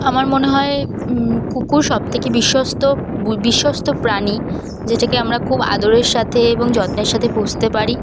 আমার মনে হয় কুকুর সব থেকে বিশ্বস্ত বু বিশ্বস্ত প্রাণী যেটাকে আমরা খুব আদরের সাথে এবং যত্নের সাথে পুষতে পারি